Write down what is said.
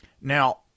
Now